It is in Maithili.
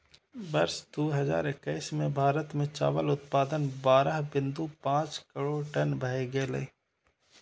वर्ष दू हजार एक्कैस मे भारत मे चावल उत्पादन बारह बिंदु पांच करोड़ टन भए गेलै